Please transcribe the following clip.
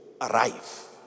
arrive